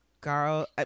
girl